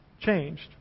changed